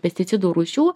pesticidų rūšių